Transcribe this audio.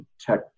tech